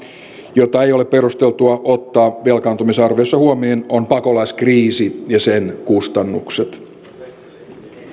jota ei ole perusteltua ottaa velkaantumisarvioissa huomioon on pakolaiskriisi ja sen kustannukset